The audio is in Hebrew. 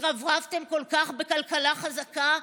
התרברבתם כל כך בכלכלה חזקה,